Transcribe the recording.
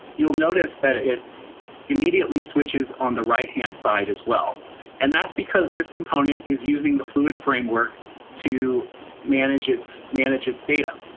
you'll notice that it immediately switches on the right-hand side as well and that's because this component is using the fluid framework to manage its manage its data.